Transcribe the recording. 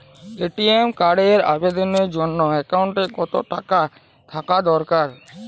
ATM কার্ডের আবেদনের জন্য অ্যাকাউন্টে কতো টাকা থাকা দরকার?